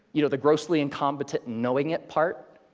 you know, the grossly-incompetent and-knowing-it part?